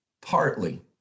Partly